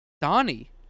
Donnie